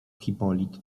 hipolit